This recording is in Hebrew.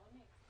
כמובן.